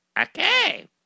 Okay